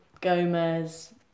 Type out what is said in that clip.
Gomez